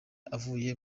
avuye